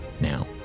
Now